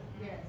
Yes